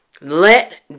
Let